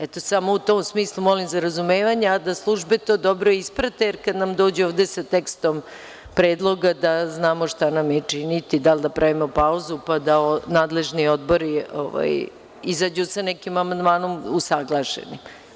Eto, samo u tom smislu molim za razumevanje, a da službe to dobro isprate, jer kad nam dođu ovde sa tekstom predloga da znamo šta nam je činiti, da li da pravimo pauzu, pa da onda nadležni odbori izađu sa nekim usaglašenim amandmanom.